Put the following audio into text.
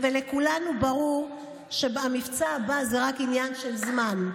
ולכולנו ברור שהמבצע הבא הוא רק עניין של זמן.